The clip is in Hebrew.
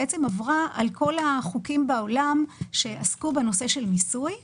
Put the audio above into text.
עברה על כל החוקים בעולם שעסקו במיסוי לשתייה.